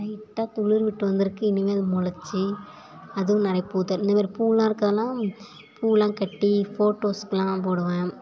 லைட்டாக துளிர்விட்டு வந்திருக்கு இனிமேல் அது மொளைச்சி அதுவும் நிறைய பூத்து இந்த மாதிரி பூவெல்லாம் இருக்கிறதுலாம் பூவெல்லாம் கட்டி ஃபோட்டோஸுக்குலாம் போடுவேன்